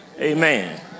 Amen